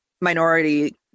minority